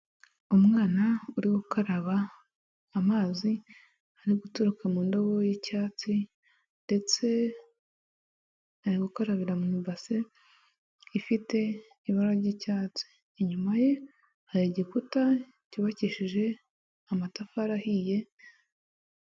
Umwana uri gukaraba amazi ari guturuka mu ndobo y'icyatsi ndetse ari gukarabira mu ibase ifite ibara ry'icyatsi. Inyuma ye hari igikuta cyubakishije amatafari ahiye.